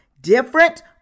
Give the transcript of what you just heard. different